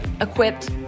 equipped